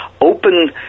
open